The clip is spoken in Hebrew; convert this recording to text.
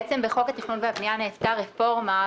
בחוק התכנון והבנייה נעשתה רפורמה.